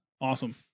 Awesome